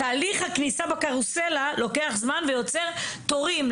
תהליך הכניסה בקרוסלה לוקח זמן ויוצר תורים.